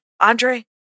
Andre